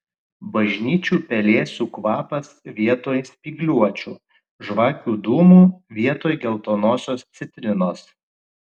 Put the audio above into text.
bažnyčių pelėsių kvapas vietoj spygliuočių žvakių dūmų vietoj geltonosios citrinos